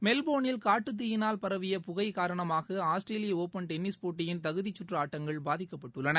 மெல்போர்னில் காட்டுத்தீயினால் பரவிய புகை காரணமாக ஆஸ்திரேலிய ஒப்பன் டென்னிஸ் போட்டியின் தகுதிக்குற்று ஆட்டங்கள் பாதிக்கப்பட்டுள்ளன